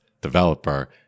developer